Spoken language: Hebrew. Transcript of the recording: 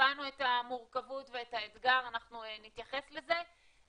הבנו את המורכבות ואת העמדה ואנחנו נתייחס לזה.